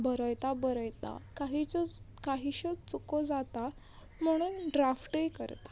बरयता बरयता काही ज्यो काहीश्यो चुको जाता म्हणून ड्राफ्टय करता